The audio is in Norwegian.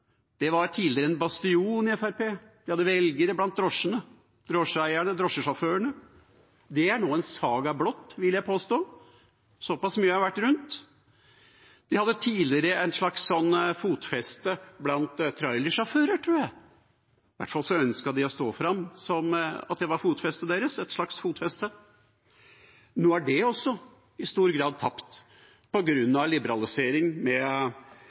Det var tidligere en bastion i Fremskrittspartiet, de hadde velgere blant drosjeeierne og drosjesjåførene. Det er nå en saga blott, vil jeg påstå. Såpass mye har jeg vært rundt. De hadde tidligere fotfeste blant trailersjåfører, tror jeg, i hvert fall ønsket de å stå fram som at det var et slags fotfeste for dem. Nå er også det i stor grad tapt, på grunn av liberalisering med